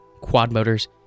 quad-motors